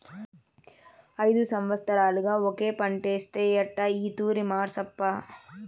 ఐదు సంవత్సరాలుగా ఒకే పంటేస్తే ఎట్టా ఈ తూరి మార్సప్పా